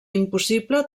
impossible